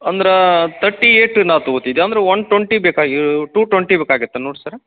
ಅಂದ್ರೆ thirty eight ನಾ ತಗೋತಿದ್ದೆ ಅಂದ್ರೆ ಒನ್ ಟೊಂಟಿ ಬೇಕಾಗಿವೆ ಟು ಟೊಂಟಿ ಬೇಕಾಗುತ್ತಾ ನೋಡಿ ಸರ್